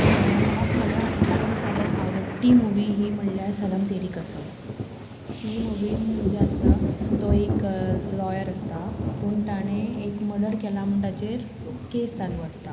म्हाका म्हाज्या म्हाका ताज्या सगळ्यान आवडटी मुवी ही म्हणल्यार सनम तेरी कसम ही मुवीन जें आसता तो एक लॉयर आसता पूण ताणें एक मर्डर केला म्हण ताचेर केस चालू आसता